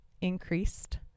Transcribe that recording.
increased